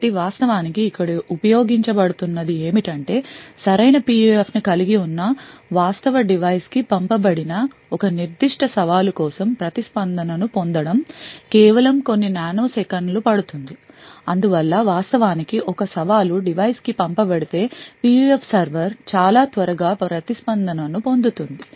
కాబట్టి వాస్తవానికి ఇక్కడ ఉపయోగించబడుతున్నది ఏమిటంటే సరైన PUF ను కలిగి ఉన్న వాస్తవడివైస్ కి పంపబడిన ఒక నిర్దిష్ట సవాలు కోసం ప్రతిస్పందన ను పొందడం కేవలం కొన్ని నానోసెకన్లు పడుతుంది అందువల్ల వాస్తవానికి ఒక సవాలుడివైస్ కి పంపబడితే PUF సర్వర్ చాలా త్వరగా ప్రతిస్పందన ను పొందుతుంది